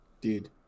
dude